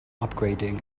upgrading